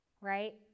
right